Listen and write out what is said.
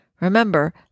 Remember